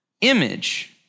image